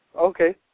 Okay